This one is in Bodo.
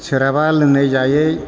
सोरहाबा लोंनाय जायै